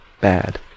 bad